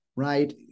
right